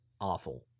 awful